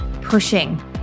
pushing